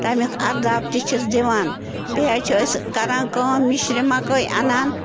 تَمیُک اَرداب تہِ چھِس دِوان بیٚیہِ حظ چھِ أسۍ کَران کٲم مِشرِ مَکٲے اَنان